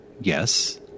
Yes